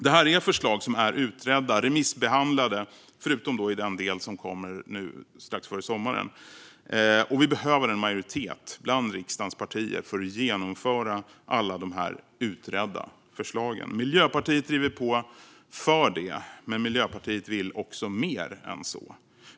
Det här är förslag som är utredda, remissbehandlade, förutom i den del som kommer nu strax före sommaren. Vi behöver en majoritet bland riksdagens partier för att genomföra alla de här utredda förslagen. Miljöpartiet driver på för det. Men Miljöpartiet vill också mer än så.